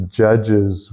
judges